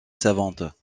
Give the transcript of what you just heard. savantes